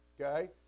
Okay